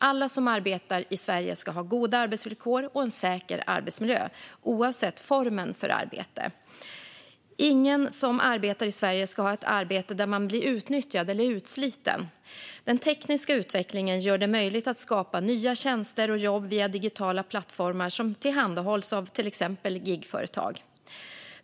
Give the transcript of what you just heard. Alla som arbetar i Sverige ska ha goda arbetsvillkor och en säker arbetsmiljö, oavsett formen för arbetet. Ingen som arbetar i Sverige ska ha ett arbete där man blir utnyttjad eller utsliten. Den tekniska utvecklingen gör det möjligt att skapa nya tjänster och jobb via digitala plattformar som tillhandahålls av till exempel gigföretag.